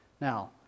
Now